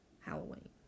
Halloween